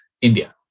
India